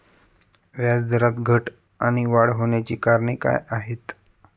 व्याजदरात घट आणि वाढ होण्याची कारणे काय आहेत?